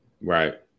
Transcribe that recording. right